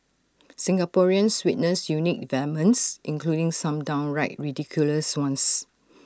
Singaporeans witnessed unique developments including some downright ridiculous ones